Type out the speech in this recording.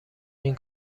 این